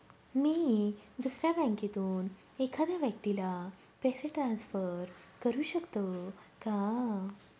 मी दुसऱ्या बँकेतून एखाद्या व्यक्ती ला पैसे ट्रान्सफर करु शकतो का?